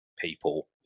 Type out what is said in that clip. people